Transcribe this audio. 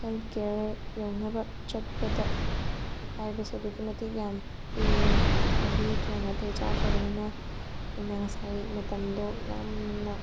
health care ꯌꯧꯅꯕ ꯆꯠꯄꯗ ꯑꯀꯥꯏꯕꯁꯦ ꯑꯗꯨꯛꯀꯤ ꯃꯇꯤꯛ ꯌꯥꯝ ꯄꯤꯔꯦ ꯂꯝꯕꯤ ꯊꯣꯡ ꯅꯥꯇꯩ ꯆꯥꯗ꯭ꯔꯕꯅꯤꯅ ꯑꯩꯅ ꯉꯁꯥꯏ ꯃꯇꯝꯗꯣ ꯌꯥꯝꯅ